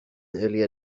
earlier